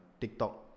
tiktok